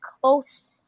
close